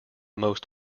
most